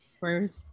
first